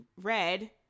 Red